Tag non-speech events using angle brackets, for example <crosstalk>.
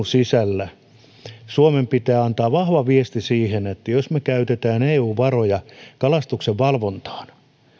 <unintelligible> sisällä suomen pitää antaa vahva viesti siihen että jos me käytämme eun eun varoja kalastuksen valvontaan